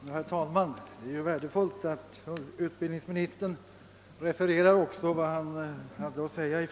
Herr talman!